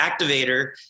activator